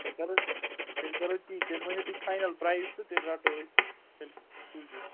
تیٚلہِ کَرو تیٚلہِ کَرو أسۍ تی تیٚلہِ ؤنِو تُہۍ فاینل پرٛایس تہٕ تیٚلہِ رَٹو أسۍ تیٚلہِ سوٗزِو